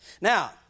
Now